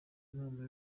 inama